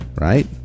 right